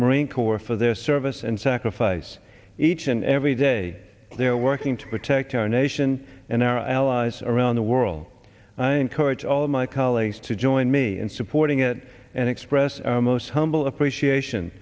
marine corps for their service and sacrifice each and every day they're working to protect our nation and our allies around the world and i encourage all of my colleagues to join me in supporting it and express our most humble appreciation